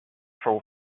for